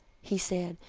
he said,